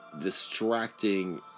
distracting